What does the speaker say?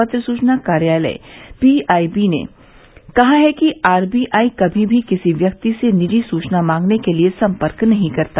पत्र सूचना कार्यालय पीआईबी ने कहा है कि आर बी आई कमी भी किसी व्यक्ति से निजी सूचना मांगने के लिए सम्पर्क नहीं करता